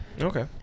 Okay